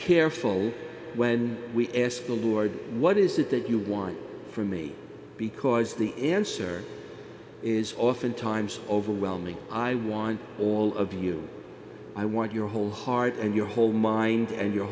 careful when we ask the lord what is it that you want from me because the answer is often times overwhelming i want all of you i want your whole heart and your whole mind and your